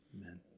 Amen